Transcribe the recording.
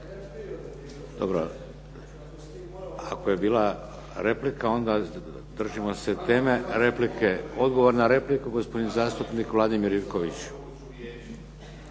Dobro, ako je bila replika, onda držimo se teme replike. Odgovor na repliku, gospodin zastupnik Vladimir Ivković.